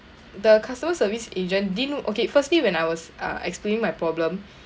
the customer service agent didn't okay firstly when I was uh explaining my problem